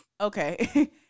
Okay